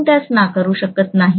आपण त्यास नाकारू शकत नाही